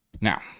Now